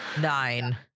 nine